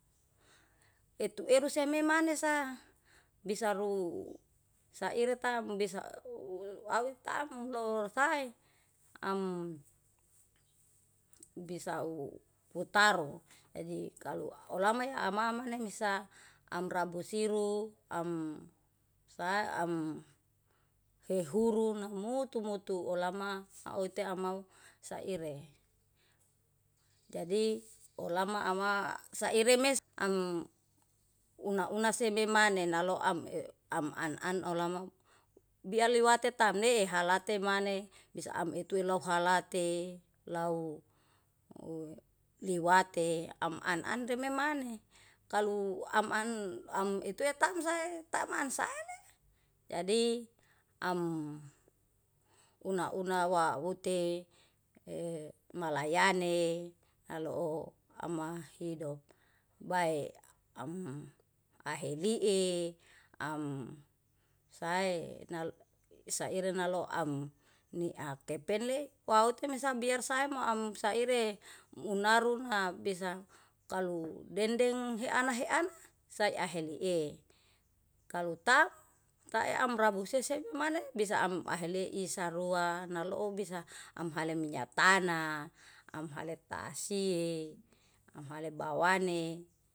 Etu eru sememanesa bisa ru saire tam, bisa u awe tam losae am bisa u taru, jaji kalu olama ya amamane mesa amrabusiru, am sa am hehurun namutu mutu olama autea mau saire. Jadi olama ama saire mesa am una-una sebemane naloam am an an olama bia liawate tamne halate mane bisa am itu lau halate lau liwate, am an an rememane. Kalu am ana am etuetamsae taman saele, jadi am una-una wauti e malayane aloo amahidop. Bae am ahilii am sae na saire naloa am niakepenle waute mesabi biar saem ma amsa saire unaruna bisa kalu dendeng heana-heana sae hailihe. Kalu taem tai am rabu sesemane bisa am ahlele i sarua nalou bisa amhale minyak tanah, amhale tahsie, amhale bawane.